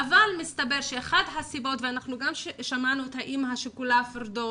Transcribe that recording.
אבל מסתבר שאחת הסיבות וגם שמענו את האימא השכולה פיראדוס,